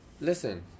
listen